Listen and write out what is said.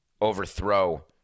overthrow